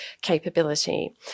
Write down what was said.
capability